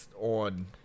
on